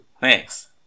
Thanks